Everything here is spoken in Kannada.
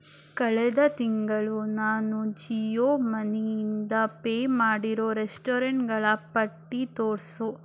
ಕಳೆದ ತಿಂಗಳು ನಾನು ಜಿಯೋ ಮನಿಯಿಂದ ಪೇ ಮಾಡಿರೋ ರೆಸ್ಟೋರೆಂಟ್ಗಳ ಪಟ್ಟಿ ತೋರಿಸು